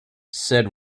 said